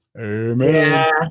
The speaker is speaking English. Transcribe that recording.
Amen